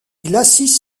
glacis